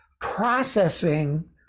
processing